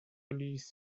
لیس